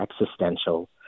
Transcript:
existential